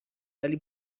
ولی